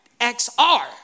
XR